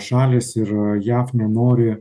šalys ir jav nenori